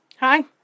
Hi